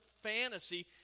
fantasy